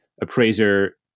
appraiser